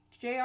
Jr